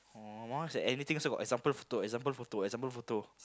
oh mine one is like anything also got example photo example photo example photo